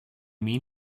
mean